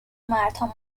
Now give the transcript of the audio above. مردها